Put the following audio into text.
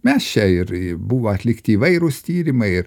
mes čia ir buvo atlikti įvairūs tyrimai ir